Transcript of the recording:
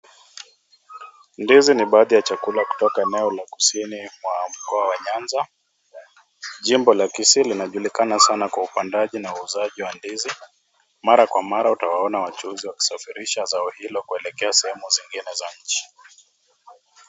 Ndizi ni baadhi ya chakula kutoka eneo la kusini mwa mkoa wa nyanza, Jimbo la kisii linajulikana sana kwa upandaji na uuzaji wa ndizi, mara kwa mara utawaona wachuuzi wakisafirisha zao hilo kuelekea sehemu zingine za nchi.